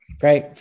Great